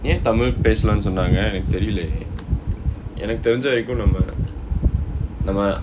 ஏன் தமிழ் பேசலாம் சொன்னாங்க எனக்கு தெரிலயே எனக்கு தெரிஞ்ச வரைக்கும் நம்ம நம்ம:yaen tamil pesalaam sonnaanga enakku therilayae enakku therinja varaikkum namma namma